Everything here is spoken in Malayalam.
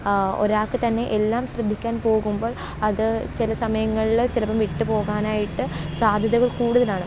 അപ്പം ഒരാൾക്ക് തന്നെ എല്ലാ എല്ലാം ശ്രദ്ധിക്കാന് പോകുമ്പോള് അത് ചില സമയങ്ങളിൽ ചിലപ്പോൾ വിട്ടു പോകാനായിട്ട് സാദ്ധ്യതകള് കൂടുതലാണ്